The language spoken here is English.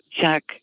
check